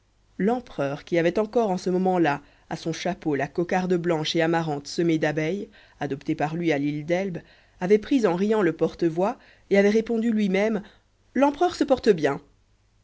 l'empereur qui avait encore en ce moment-là à son chapeau la cocarde blanche et amarante semée d'abeilles adoptée par lui à l'île d'elbe avait pris en riant le porte-voix et avait répondu lui-même l'empereur se porte bien